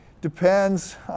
depends